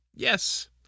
Yes